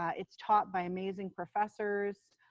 ah it's taught by amazing professors.